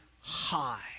high